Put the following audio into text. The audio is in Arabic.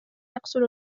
يقتل